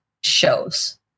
shows